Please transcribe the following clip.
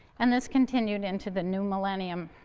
and this continued into the new millennium.